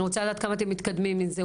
אני רוצה לדעת כמה אתם מתקדמים עם זה.